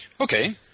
Okay